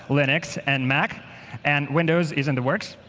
linux and mac and windows is in the works.